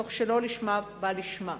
מתוך שלא לשמה בא לשמה.